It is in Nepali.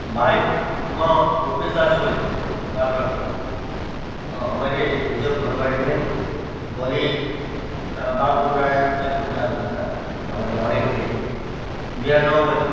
भाइ म भुपेश दाजु बोलेको बाग्राकोटबाट अँ मैले हिजो फोन गरेको थिएँ नि भोलि बागडुग्रा एयरपोर्ट जानुपर्छ भनेर भनेको थिएँ बिहान नौ बजी